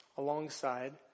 alongside